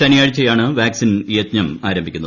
ശനിയാഴ്ചയാണ് വാക്സിൻ യജ്ഞം ആരംഭിക്കുന്നത്